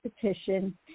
petition